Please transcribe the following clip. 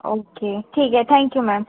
okay ठीक आहे thank you ma'am